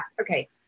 Okay